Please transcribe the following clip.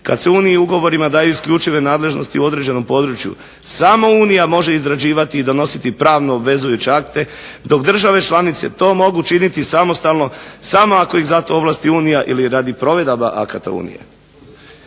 "Kada se uniji ugovorima daju isključive nadležnosti u određenom području samo Unija može izrađivati i donositi pravno obvezujuće akte dok države članice to mogu činiti samostalno samo ako ih za to ovlasti Unija ili radi provedaba akata unije".